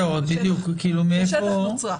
זהו, מאיפה?